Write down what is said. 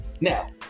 Now